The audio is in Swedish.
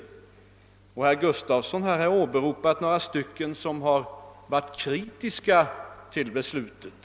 Herr Gustavsson har åberopat några sådana som varit kritiskt inställda mot det fattade beslutet.